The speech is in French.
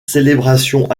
célébrations